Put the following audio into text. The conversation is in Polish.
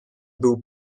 byl